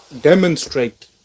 demonstrate